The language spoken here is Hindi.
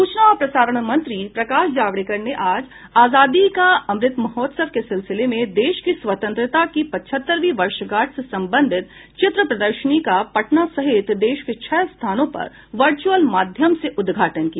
सूचना और प्रसारण मंत्री प्रकाश जावड़ेकर ने आज आजादी का अमृत महोत्सव के सिलसिले में देश की स्वतंत्रता की पचहत्तरवीं वर्षगांठ से संबंधित चित्र प्रदर्शनी का पटना सहित देश के छह स्थानों पर वर्चुअल माध्यम से उद्घाटन किया